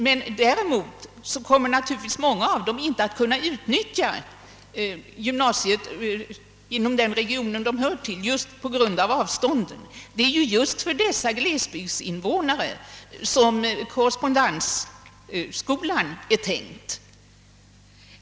Men många av dem kommer naturligtvis inte att på grund av avståndet kunna utnyttja gymnasiet inom den region de tillhör. Det är ju just för dessa glesbygdsinvånare som korrespondensskolan är tänkt.